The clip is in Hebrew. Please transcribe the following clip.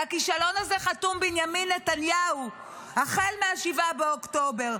על הכישלון הזה חתום בנימין נתניהו החל מ-7 באוקטובר,